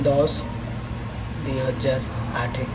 ଦଶ ଦୁଇହଜାର ଆଠେ